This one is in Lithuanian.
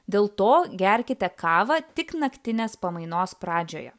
dėl to gerkite kavą tik naktinės pamainos pradžioje